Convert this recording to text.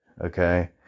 Okay